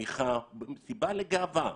סיבה לגאווה.